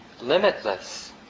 limitless